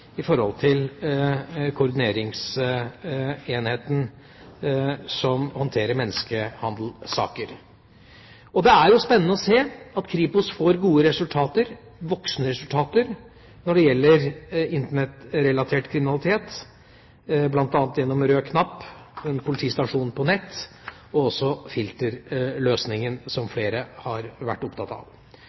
koordineringsenheten som håndterer saker om menneskehandel. Det er spennende å se at Kripos får gode resultater, voksende resultater, når det gjelder Internett-relatert kriminalitet, bl.a. gjennom Rød knapp, politistasjon på nett, og filterløsninger, som flere har vært opptatt av.